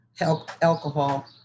alcohol